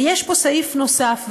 ויש פה סעיף נוסף,